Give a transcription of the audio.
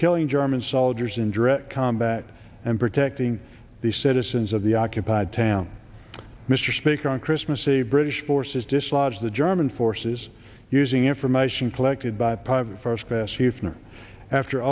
killing german soldiers in direct combat and protecting the citizens of the occupied town mr speaker on christmas eve british forces dislodged the german forces using information collected by